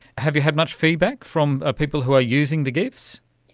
have you had much feedback from ah people who are using the gifs?